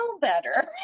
better